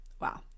Wow